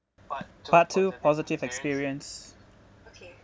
part two positive experience